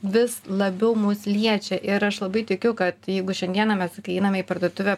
vis labiau mus liečia ir aš labai tikiu kad jeigu šiandieną mes kai einame į parduotuvę